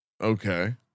Okay